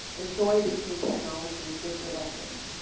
enjoy the new technologies with your lessons.